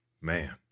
Man